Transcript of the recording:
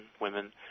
women